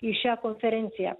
į šią konferenciją